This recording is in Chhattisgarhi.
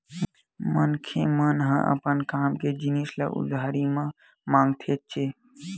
मनखे मन ह अपन काम के जिनिस ल उधारी म मांगथेच्चे